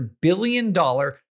billion-dollar